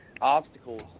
obstacles